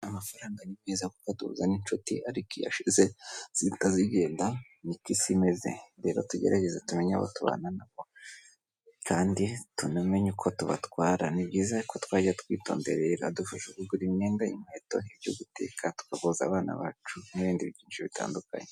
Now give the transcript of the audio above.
Amafaranga ni meza kuko aduhuza n'inshuti, ariko iyo ashize zihita zigenda niko isi imeze, rero tugerageze tumenye abo tubana nabo kandi tunamenye uko tubatwara, ni byiza ko twajya twitondera ibi biradufasha, kugura imyenda, inkweto, ibyo guteka, tukavuza abana bacu n'ibindi byinshi bitandukanye.